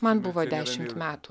man buvo dešimt metų